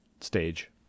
stage